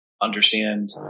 understand